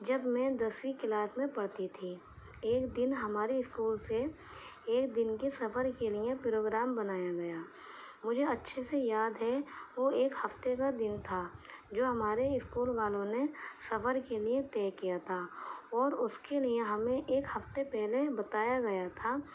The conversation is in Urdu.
جب میں دسویں کلاس میں پڑھتی تھی ایک دن ہمارے اسکول سے ایک دن کے سفر کے لیے پروگرام بنایا گیا مجھے اچھے سے یاد ہے وہ ایک ہفتے کا دن تھا جو ہمارے اسکول والوں نے سفر کے لیے طے کیا تھا اور اس کے لیے ہمیں ایک ہفتے پہلے بتایا گیا تھا